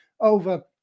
over